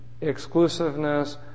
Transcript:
exclusiveness